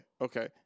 okay